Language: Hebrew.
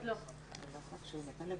הבנתי.